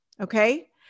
Okay